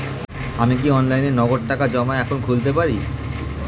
আমি কি অনলাইনে নগদ টাকা জমা এখন খুলতে পারি?